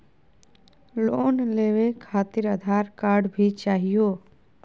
Loan लेवे खातिरआधार card भी चाहियो?